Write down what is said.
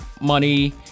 money